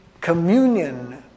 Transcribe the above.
communion